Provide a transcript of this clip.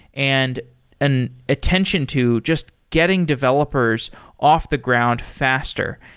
and an attention to just getting developers off the ground faster,